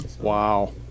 Wow